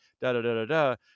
da-da-da-da-da